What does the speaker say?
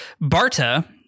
Barta